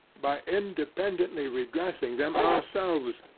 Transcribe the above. by independantly redressing them ourselves,